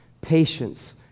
patience